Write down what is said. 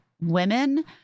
women